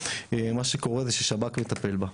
מה שקורה זה ששב"כ מטפל בה.